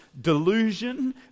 delusion